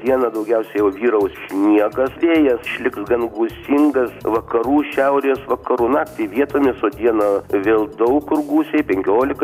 dieną daugiausia jau vyraus sniegas vėjas išliks gan gūsingas vakarų šiaurės vakarų naktį vietomis o dieną vėl daug kur gūsiai penkiolika